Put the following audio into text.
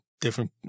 different